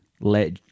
let